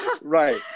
Right